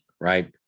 Right